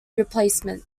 replacement